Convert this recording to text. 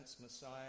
Messiah